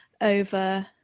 over